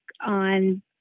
on